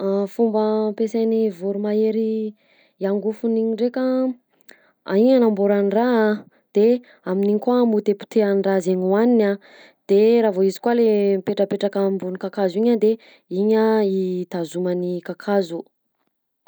Fomba ampiasain'ny voromahery i angofony igny ndraika: an'igny anamboarany raha, de amin'igny koa amotepotehany raha zay nohaniny a, de raha vao izy koa le mipetrapetraka ambony kakazo igny a de igny a itazomany kakazo.